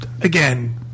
again